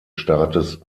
staates